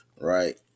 right